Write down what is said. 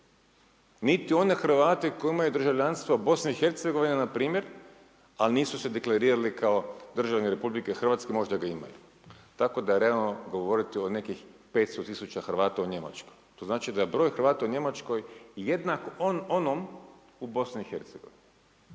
niti one Hrvate koji imaju državljanstvo Bosne i Hercegovine npr. a nisu se deklarirali kao državljani Republike Hrvatske, a možda ga imaju. Tako da je realno govoriti o nekih 500 tisuća Hrvata u Njemačkoj. To znači da je broj Hrvata u Njemačkoj jednak onom u Bosni